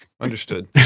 Understood